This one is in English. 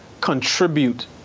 contribute